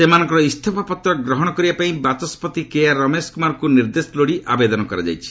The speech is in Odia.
ସେମାନଙ୍କର ଇସ୍ତଫାପତ୍ର ଗ୍ରହଣ କରିବା ପାଇଁ ବାଚସ୍କତି କେଆର୍ ରମେଶ କୁମାରଙ୍କ ନିର୍ଦ୍ଦେଶ ଲୋଡି ଆବେଦନ କରାଯାଇଛି